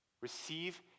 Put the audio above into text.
receive